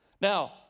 Now